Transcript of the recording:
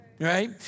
right